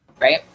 right